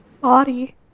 body